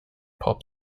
pop